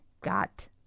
got